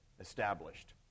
established